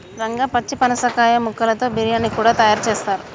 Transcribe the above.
రంగా పచ్చి పనసకాయ ముక్కలతో బిర్యానీ కూడా తయారు చేస్తారు